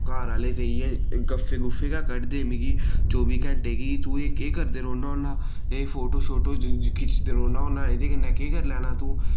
घर आह्ले ते इय्यै गफ्फे गुफ्फे गै कढदे मिकी चौह्बी घैंटे कि तू एह् केह् करदे रौह्ना होन्ना एह् फोटो शोटो खिच्चदे रौह्ना होना एह्दे कन्नै केह् कर लैना तू